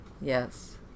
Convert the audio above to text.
Yes